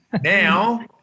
now